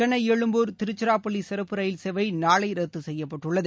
சென்னை எழும்பூர் திருச்சிராப்பள்ளி சிறப்பு ரயில் சேவை நாளை ரத்து செய்யப்பட்டுள்ளது